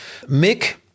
Mick